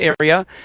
area